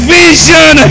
vision